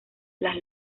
las